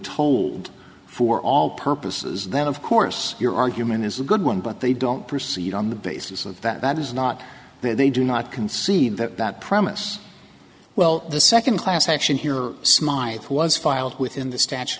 told for all purposes that of course your argument is a good one but they don't proceed on the basis of that is not they do not concede that that promise well the second class action here smile was filed within the statute